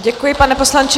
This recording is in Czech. Děkuji, pane poslanče.